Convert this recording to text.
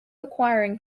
acquiring